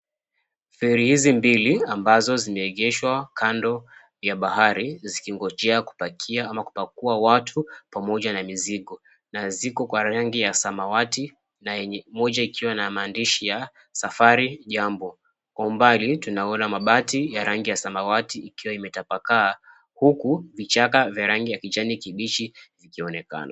Feri hizi mbili ambazo zimeegeshwa kando ya bahari, zikingojea kupakia ama kupakua watu, pamoja na mizigo. Na ziko kwa rangi ya samawati na yenye moja ikiwa na maandishi ya, Safari Jambo. Kwa umbali, 𝑡𝑢𝑛𝑎𝑜𝑛𝑎 mabati ya rangi ya samawati ikiwa imetapakaa, huku vichaka vya rangi ya kijani 𝑘𝑖𝑏𝑖𝑐ℎ𝑖 vikionekana.